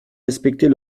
respecter